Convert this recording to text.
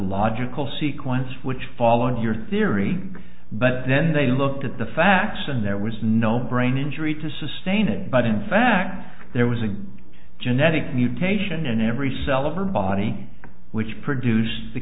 logical sequence which followed your theory but then they looked at the facts and there was no brain injury to sustain it but in fact there was a genetic mutation in every cell of her body which produce